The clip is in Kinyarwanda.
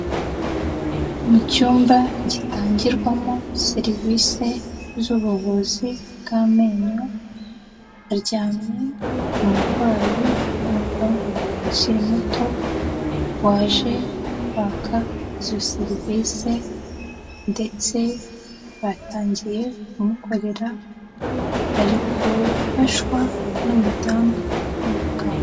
Mu cyumba gitangirwamo serivise z'ubuvuzi bw'amenyo, haryamye umurwayi w'umuhungu ukiri muto, waje kwaka izo serivise ndetse batangiye kumukorera, ari gufashwa n'umudamu w'umuganga.